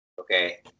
Okay